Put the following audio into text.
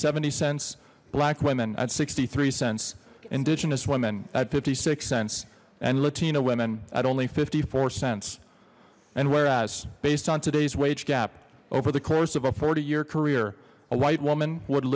seventy cents black women at sixty three cents indigenous women at fifty six cents and latina women at only fifty four cents and whereas based on today's wage gap over the course of a forty year career a white woman would